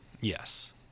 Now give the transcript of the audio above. yes